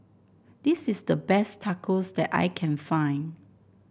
this is the best Tacos that I can find